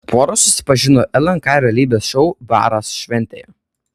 pora susipažino lnk realybės šou baras šventėje